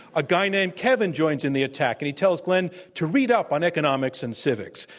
a guy named kevin joins in the attack, and he tells glen to read up on economics and civics.